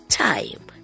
time